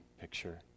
picture